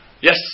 Yes